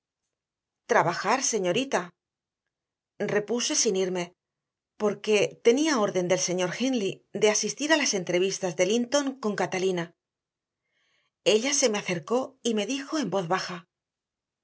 trabajar señorita repuse sin irme porque tenía orden del señor hindley de asistir a las entrevistas de linton con catalina ella se me acercó y me dijo en voz baja